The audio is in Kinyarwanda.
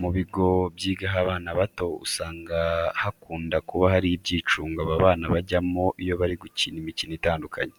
Mu bigo byigaho abana bato usanga hakunda kuba hari ibyicungo aba bana bajyamo iyo bari gukina imikino itandukanye.